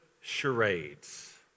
charades